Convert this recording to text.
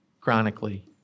chronically